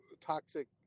toxic